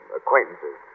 acquaintances